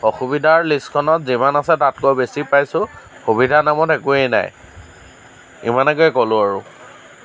অসুবিধাৰ লিষ্টখনত যিমান আছে তাতকৈ বেছি পাইছোঁ সুবিধাৰ নামত একোৱেই নাই ইমানকে ক'লোঁ আৰু